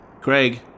Craig